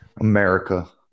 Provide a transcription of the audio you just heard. america